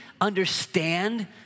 understand